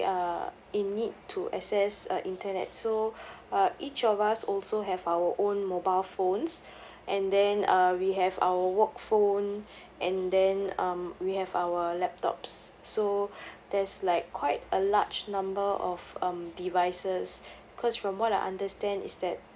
uh in need to access uh internet so uh each of us also have our own mobile phones and then uh we have our work phone and then um we have our laptops so there's like quite a large number of um devices cause from what I understand is that